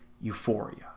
euphoria